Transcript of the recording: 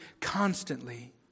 constantly